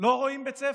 לא רואים בית ספר.